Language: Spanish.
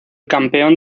campeón